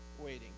waiting